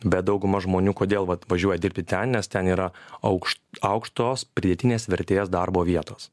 bet dauguma žmonių kodėl vat važiuoja dirbti ten nes ten yra aukšt aukštos pridėtinės vertės darbo vietos